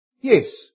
Yes